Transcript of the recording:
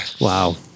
Wow